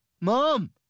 Mom